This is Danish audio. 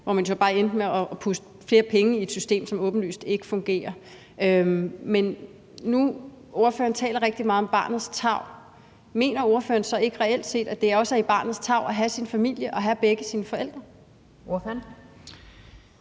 hvor man så bare endte med at putte flere penge i et system, som åbenlyst ikke fungerer. Ordføreren taler rigtig meget om barnets tarv, og mener ordføreren så ikke reelt set, at det også er at varetage barnets tarv, at det har sin familie og begge sine forældre? Kl.